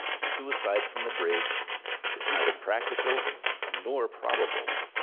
suicide from the bridge is neither practical nor probable.